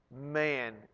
Man